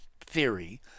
theory